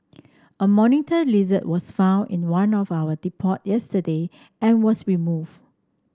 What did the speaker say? a monitor lizard was found in one of our depot yesterday and was removed